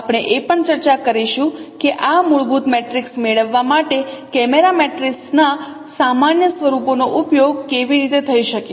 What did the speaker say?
આપણે એ પણ ચર્ચા કરીશું કે આ મૂળભૂત મેટ્રિક્સ મેળવવા માટે કેમેરા મેટ્રિક્સના સામાન્ય સ્વરૂપોનો ઉપયોગ કેવી રીતે થઈ શકે